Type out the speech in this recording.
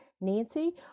Nancy